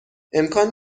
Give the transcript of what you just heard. امکان